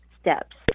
steps